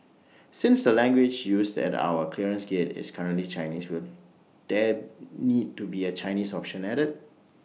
since the language used at our clearance gates is currently Chinese will there need to be A Chinese option added